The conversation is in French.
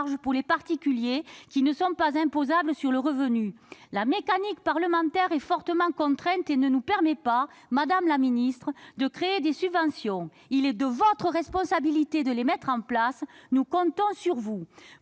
pour les particuliers qui ne sont pas imposables sur le revenu ? La mécanique parlementaire est fortement contrainte et ne nous permet pas, madame la secrétaire d'État, de créer des subventions. Il est de votre responsabilité de les mettre en place. Nous comptons sur vous.